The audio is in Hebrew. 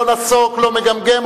לא נסוג ולא מגמגם,